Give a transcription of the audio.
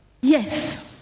yes